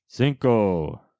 Cinco